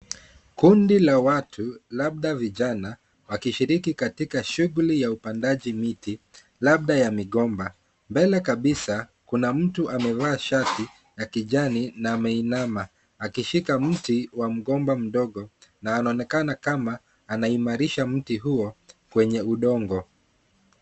Kundi la watu, labda vijana wakishiriki katika shughuli ya upandaji miti labda ya migomba. Mbele kabisa kuna mtu amevaa shati la kijani na ameinama akishika mti wa mgomba mdogo na anaonekana kama anaimarisha mti huo kwenye udongo.